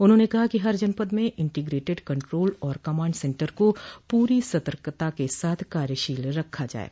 उन्होंने कहा कि हर जनपद में इंटीग्रेटेड कंट्रोल और कमांड सेन्टर को पूरी सक्रियता से कार्यशील रखा जाये